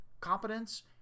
competence